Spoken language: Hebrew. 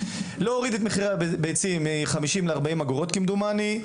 להוריד את מחיר הביצים מ-50 ל-40 אגורות כמדומני,